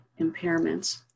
impairments